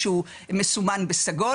שהוא מסומן בסגול.